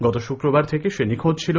গত শুক্রবার থেকে সে নিখোঁজ ছিল